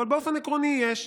אבל באופן עקרוני יש.